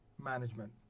management